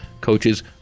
coaches